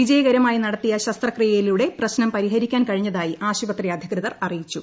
വിജയകരമായി നടത്തിയ ശസ്ത്രക്രിയയിലൂടെ പ്രശ്നം പരിഹരിക്കാൻ കഴിഞ്ഞതായി ആശുപത്രി അധികൃതർ അറിയിച്ചു